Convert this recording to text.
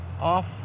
Off